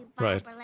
right